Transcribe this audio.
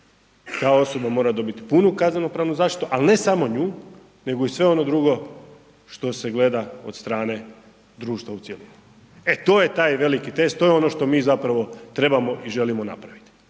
ta osoba mora dobiti punu kazneno-pravnu zaštitu ali ne samo nju nego i sve ono drugo što se gleda od strane društva u cjelini. E to je taj veliki test, to je ono što mi zapravo trebamo i želimo napraviti.